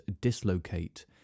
dislocate